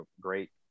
great –